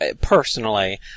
personally